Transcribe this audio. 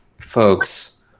folks